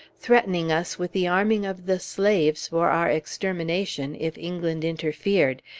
threatening us with the arming of the slaves for our extermination if england interfered,